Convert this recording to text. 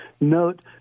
note